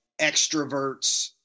extroverts